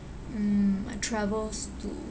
mm my travels to